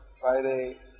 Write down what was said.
Friday